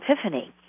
epiphany